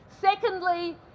Secondly